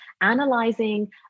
analyzing